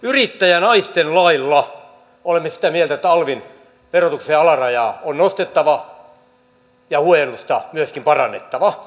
yrittäjänaisten lailla olemme sitä mieltä että alvin verotuksen alarajaa on nostettava ja huojennusta myöskin parannettava